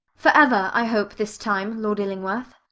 for ever, i hope, this time, lord illingworth.